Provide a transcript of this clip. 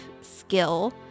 skill